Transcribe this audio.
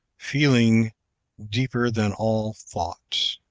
feeling deeper than all thought